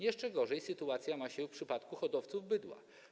Jeszcze gorzej sytuacja ma się w przypadku hodowców bydła.